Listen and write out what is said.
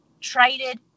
traded